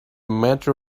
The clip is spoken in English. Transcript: matter